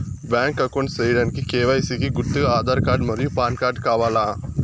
Bank account సేయడానికి KYC కి గుర్తుగా ఆధార్ కార్డ్ మరియు పాన్ కార్డ్ కావాలా?